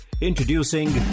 Introducing